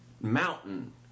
mountain